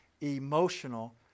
emotional